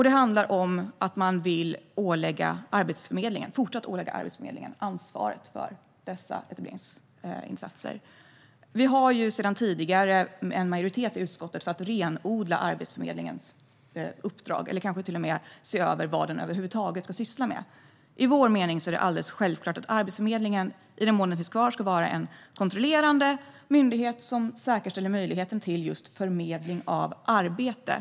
Det handlar om att man vill fortsätta att ålägga Arbetsförmedlingen ansvaret för etableringsinsatserna. Vi har sedan tidigare en majoritet i utskottet för att renodla Arbetsförmedlingens uppdrag eller kanske till och med se över vad den över huvud taget ska syssla med. Enligt vår mening är det alldeles självklart att Arbetsförmedlingen, i den mån den finns kvar, ska vara en kontrollerande myndighet som säkerställer möjligheten till förmedling av arbete.